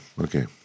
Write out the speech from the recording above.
okay